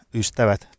ystävät